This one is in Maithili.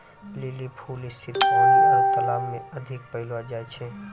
लीली फूल स्थिर पानी आरु तालाब मे अधिक पैलो जाय छै